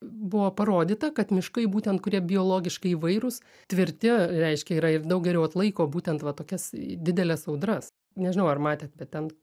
buvo parodyta kad miškai būtent kurie biologiškai įvairūs tvirti reiškia yra ir daug geriau atlaiko būtent va tokias dideles audras nežinau ar matėt bet ten